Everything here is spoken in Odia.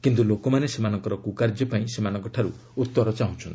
କିନ୍ତୁ ଲୋକମାନେ ସେମାନଙ୍କର କୁକାର୍ଯ୍ୟ ପାଇଁ ସେମାନଙ୍କଠାରୁ ଉତ୍ତର ଚାହୁଁଛନ୍ତି